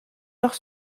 leurs